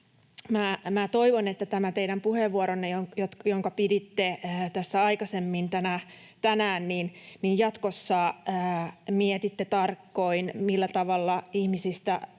toivon, viitaten teidän puheenvuoroonne, jonka piditte aikaisemmin tänään, että jatkossa mietitte tarkoin, millä tavalla ihmisistä